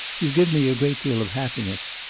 you give me a great deal of happiness.